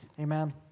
Amen